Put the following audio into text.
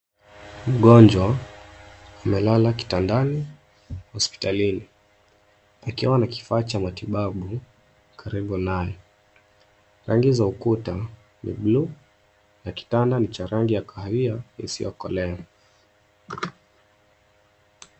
Mgonjwa, amelala kitandani, hospitalini. Akiwa na kifaa cha matibabu, karibu naye. Rangi za ukuta, ni bluu, ya kitanda ni cha rangi ya kahawia, isiyokolea.